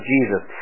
Jesus